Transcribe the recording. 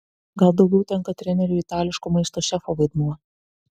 gal daugiau tenka treneriui itališko maisto šefo vaidmuo